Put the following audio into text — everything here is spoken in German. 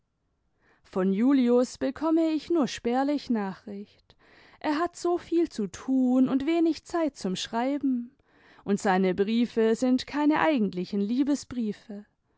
von julius bekomme ich nur spärlich nachricht er hat so viel zu tun und wenig zeit zum schreiben und seine briefe sind keine eigentlichen